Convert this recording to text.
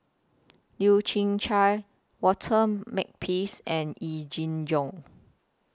Leu Yew Chye Walter Makepeace and Yee Jenn Jong